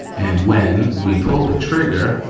and when we pull the trigger,